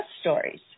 Stories